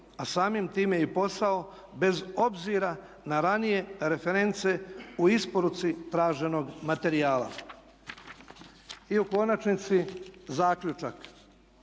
a samim time i posao bez obzira na ranije reference u isporuci traženog materijala. I u konačnici zaključak.